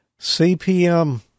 CPM